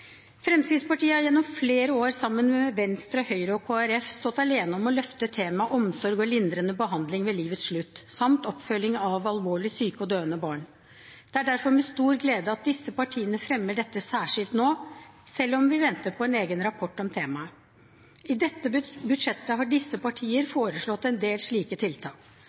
Fremskrittspartiet har gjennom flere år sammen med Venstre, Høyre og Kristelig Folkeparti stått alene om å løfte temaet omsorg og lindrende behandling ved livets slutt samt oppfølging av alvorlig syke og døende barn. Det er derfor med stor glede at disse partiene fremmer dette særskilt nå, selv om vi venter på en egen rapport om temaet. I dette budsjettet har disse partier foreslått en del slike tiltak.